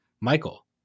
Michael